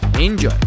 Enjoy